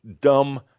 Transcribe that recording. Dumb